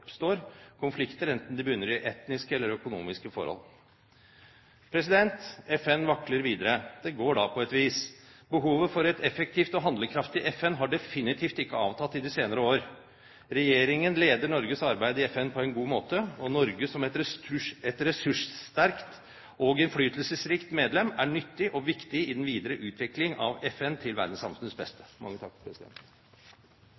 enten de bunner i etniske eller økonomiske forhold. FN vakler videre. Det går da på et vis. Behovet for et effektivt og handlekraftig FN har definitivt ikke avtatt i de senere år. Regjeringen leder Norges arbeid i FN på en god måte. Norge som et ressurssterkt og innflytelsesrikt medlem er nyttig og viktig i den videre utviklingen av FN til verdenssamfunnets beste.